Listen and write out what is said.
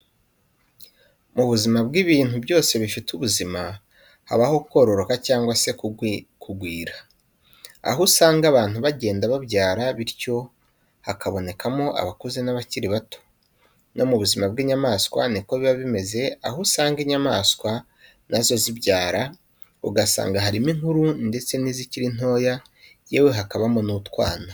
Mu buzima bw'ibintu byose bifite ubuzima, habaho kororoka cyangwa se kugwira. Aho usanga abantu bagenda babyara bityo hakabonekamo abakuze n'abakiri bato. No mu buzima bw'inyamaswa niko biba bimeze, aho uasnga inyamaswa na zo zibyara,' ugasanga harimo inkuru ndetse nizikiri ntoya yewe hakabamo n'utwana.